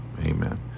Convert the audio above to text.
Amen